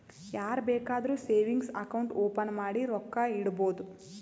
ಯಾರ್ ಬೇಕಾದ್ರೂ savings account open ಮಾಡಿ ರೊಕ್ಕಾ ಇಡ್ಬೋದು